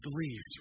believed